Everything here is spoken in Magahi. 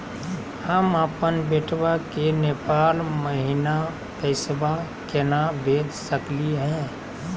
हम अपन बेटवा के नेपाल महिना पैसवा केना भेज सकली हे?